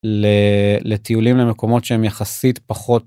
לטיולים למקומות שהם יחסית פחות.